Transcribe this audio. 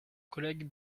collègue